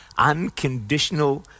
unconditional